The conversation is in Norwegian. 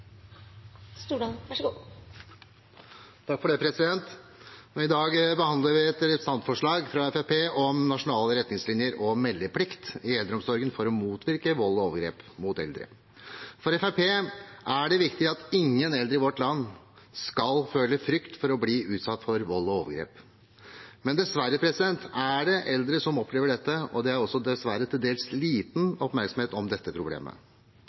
I dag behandler vi et representantforslag fra Fremskrittspartiet om nasjonale retningslinjer og meldeplikt i eldreomsorgen, for å motvirke vold og overgrep mot eldre. For Fremskrittspartiet er det viktig at ingen eldre i vårt land skal føle frykt for å bli utsatt for vold og overgrep, men dessverre er det eldre som opplever dette, og det er også dessverre til dels liten oppmerksomhet om dette problemet.